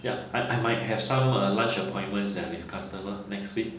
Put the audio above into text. ya I I might have some uh lunch appointments eh with a customer next week